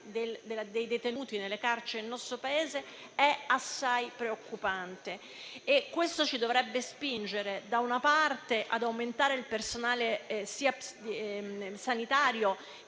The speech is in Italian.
dei detenuti nelle carceri nel nostro Paese è assai preoccupante e questo ci dovrebbe spingere, da una parte, ad aumentare il personale sanitario,